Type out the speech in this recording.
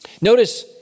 Notice